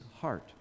heart